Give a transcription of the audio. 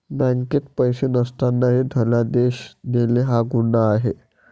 बँकेत पैसे नसतानाही धनादेश देणे हा गुन्हा आहे